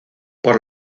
por